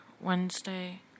Wednesday